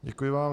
Děkuji vám.